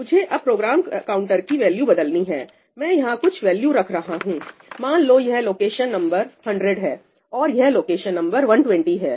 मुझे अब program counter की वैल्यू बदलनी हैमैं यहां कुछ वैल्यू रख रहा हूं मान लो यह लोकेशन नंबर 100 है और यह लोकेशन नंबर 120 है